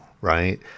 right